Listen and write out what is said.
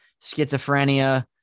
schizophrenia